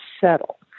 settle